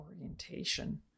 orientation